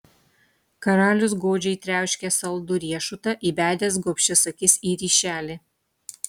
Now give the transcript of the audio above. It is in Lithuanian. karalius godžiai triauškė saldų riešutą įbedęs gobšias akis į ryšelį